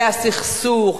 זה הסכסוך,